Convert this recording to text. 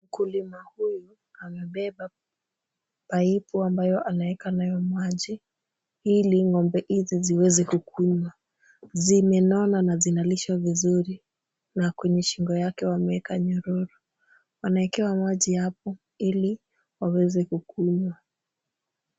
Mkulima huyu amebeba paipu ambayo anaeka nayo maji, ili ng'ombe hizi ziweze kukunywa. Zimenona na zinalishwa vizuri na kwenye shingo yake wameeka nyororo. Wanawekewa maji hapo ili waweze kukunywa.